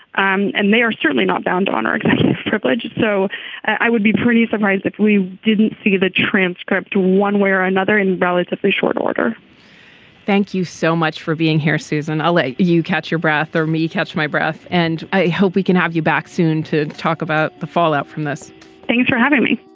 um and they are certainly not bound to honor executive privilege. so i would be pretty surprised if we didn't see the transcript one way or another in relatively short order thank you so much for being here suzanne. i'll let you catch your breath or me catch my breath and i hope we can have you back soon to talk about the fallout from this thanks for having me.